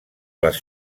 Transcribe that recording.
les